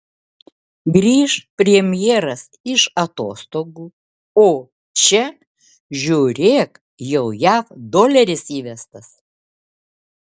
grįš premjeras iš atostogų o čia žiūrėk jau jav doleris įvestas